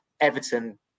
Everton